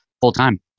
full-time